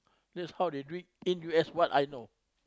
that's how they do it in U_S what I know